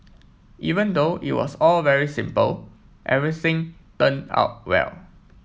even though it was all very simple everything turned out well